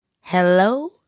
hello